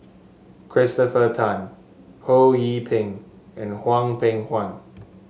Christopher Tan Ho Yee Ping and Hwang Peng Huan